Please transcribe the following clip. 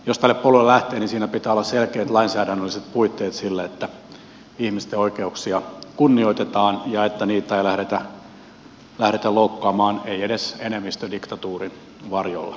jos tälle polulle lähtee niin siinä pitää olla selkeät lainsäädännölliset puitteet sille että ihmisten oikeuksia kunnioitetaan ja niitä ei lähdetä loukkaamaan ei edes enemmistödiktatuurin varjolla